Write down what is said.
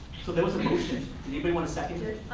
so those motion. does anybody want to second